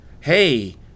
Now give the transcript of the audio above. hey